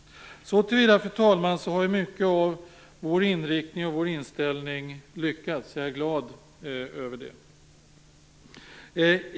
Så till vida, fru talman, har ju mycket av vår inriktning och vår inställning lyckats vinna gehör. Jag är glad över det.